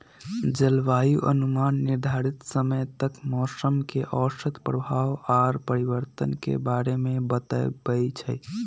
जलवायु अनुमान निर्धारित समय तक मौसम के औसत प्रभाव आऽ परिवर्तन के बारे में बतबइ छइ